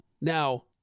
Now